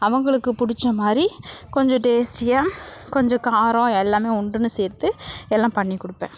அவங்களுக்கு பிடிச்சமாரி கொஞ்ச டேஸ்டியாக கொஞ்ச காரம் எல்லாமே உண்டுன்னு சேர்த்து எல்லாம் பண்ணிக்கொடுப்பேன்